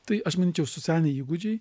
tai aš minyčiau socialiniai įgūdžiai